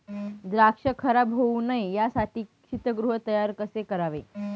द्राक्ष खराब होऊ नये यासाठी शीतगृह तयार कसे करावे?